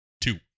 Two